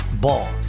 Ball